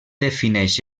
defineix